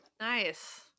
Nice